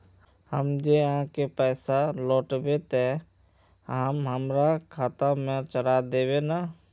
हम जे आहाँ के पैसा लौटैबे ते आहाँ हमरा खाता में चढ़ा देबे नय?